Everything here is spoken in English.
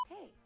Hey